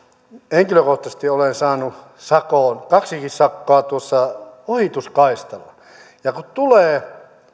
henkilökohtaisesti olen saanut kaksikin sakkoa ohituskaistalla kun tulee